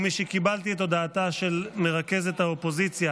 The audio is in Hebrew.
משקיבלתי את הודעתה של מרכזת האופוזיציה